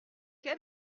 quel